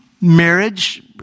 marriage